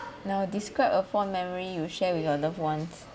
now describe a fond memory you share with your loved ones